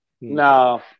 No